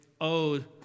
owed